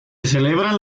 celebran